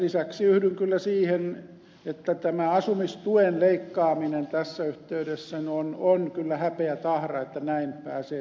lisäksi yhdyn kyllä siihen että tämä asumistuen leikkaaminen tässä yhteydessä on kyllä häpeätahra että näin pääsee tapahtumaan